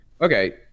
okay